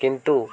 କିନ୍ତୁ